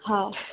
हा